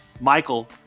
Michael